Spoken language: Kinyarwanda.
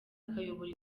akayobora